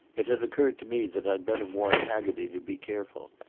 it had occurred to me that i'd better warn haggerty to be careful,